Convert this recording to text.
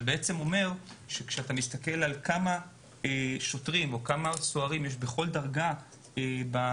זה אומר שכשאתה מסתכל על כמה שוטרים או כמה סוהרים יש בכל דרגה במערכת,